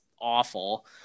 awful